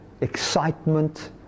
excitement